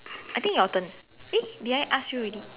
I think your turn eh did I ask you already